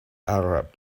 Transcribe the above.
arab